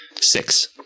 Six